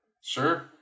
Sure